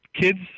kids